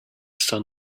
sun